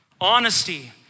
Honesty